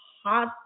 Hot